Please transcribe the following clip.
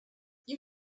you